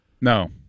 No